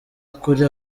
kuri